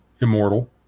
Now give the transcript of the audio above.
immortal